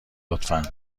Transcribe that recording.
لطفا